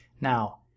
Now